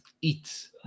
eat